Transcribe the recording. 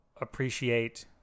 appreciate